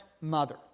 mother